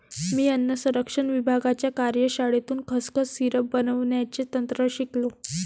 मी अन्न संरक्षण विभागाच्या कार्यशाळेतून खसखस सिरप बनवण्याचे तंत्र शिकलो